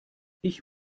ich